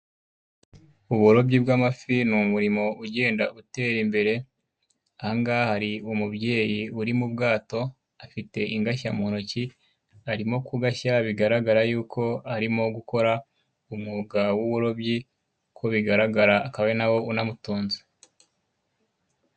Uburobyi bw'amafi ni umurimo ugenda utera imbere, ahangaha hari umubyeyi uri mu bwato afite ingashya mu ntoki arimo kugashya, bigaragara y'uko arimo gukora umwuga w'uburobyi uko bigaragara akaba ari nawo unamutunze.